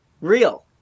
real